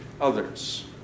others